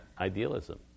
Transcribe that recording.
idealism